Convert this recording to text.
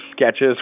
sketches